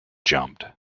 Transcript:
jumped